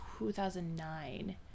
2009